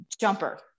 jumper